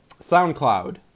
SoundCloud